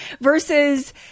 versus